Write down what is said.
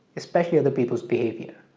especially other people's behavior,